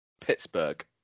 Pittsburgh